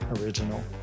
original